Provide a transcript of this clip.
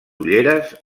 ulleres